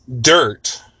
dirt